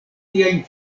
tiajn